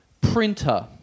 printer